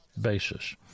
basis